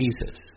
Jesus